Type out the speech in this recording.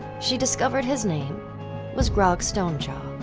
she discovered his name was grog strongjaw.